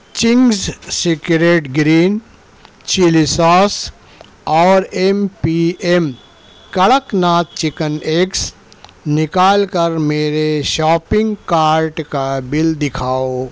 Ching's secret green chilli sauce اور M P M Kadaknath chicken eggs نکال کر میرے شاپنگ کارٹ کا کل بل دکھاؤ